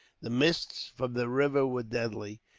the mists from the river were deadly,